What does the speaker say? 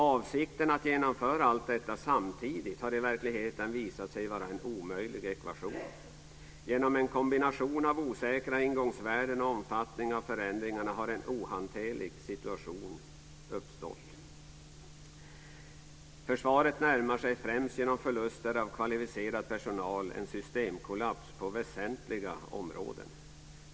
Avsikten att genomföra allt detta samtidigt har i verkligheten visat sig vara en omöjlig ekvation. Genom en kombination av osäkra ingångsvärden och omfattningen av förändringarna har en ohanterlig situation uppstått. Försvaret närmar sig, främst genom förluster av kvalificerad personal, en systemkollaps på väsentliga områden.